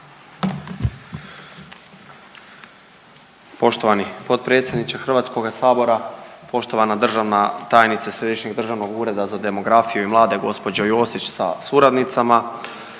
Poštovani potpredsjedniče HS-a, poštovana državna tajnice Središnjeg državnog ureda za demografiju i mlade gđa. Josić sa suradnicama,